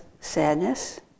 sadness